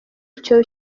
icyo